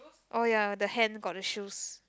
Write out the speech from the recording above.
oh ya the hand got the shoes